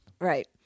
Right